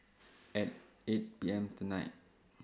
At eight P M tonight